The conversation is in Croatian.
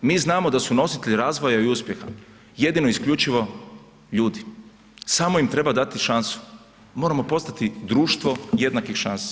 Mi znamo da su nositelji razvoja i uspjeha jedino i isključivo ljudi, samo im treba dati šansu, moramo postati društvo jednakih šansi.